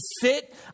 sit